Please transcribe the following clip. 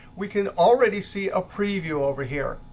we can already see a preview over here.